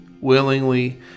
willingly